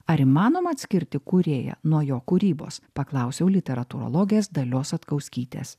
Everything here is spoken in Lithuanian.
ar įmanoma atskirti kūrėją nuo jo kūrybos paklausiau literatūrologės dalios satkauskytės